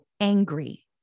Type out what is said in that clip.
angry